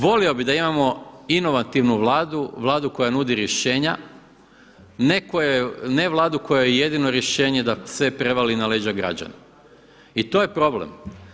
Volio bih da imamo inovativnu Vladu, Vladu koja nudi rješenja, ne Vladu kojoj je jedino rješenje da sve prevali na leđa građana i to je problem.